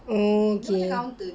oh K